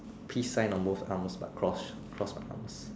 peace sign on both arms but cross cross my arms